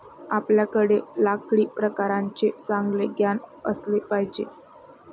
आपल्याकडे लाकडी प्रकारांचे चांगले ज्ञान असले पाहिजे